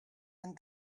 and